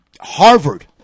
Harvard